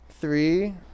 Three